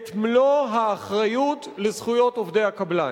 את מלוא האחריות לזכויות עובדי הקבלן,